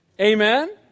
Amen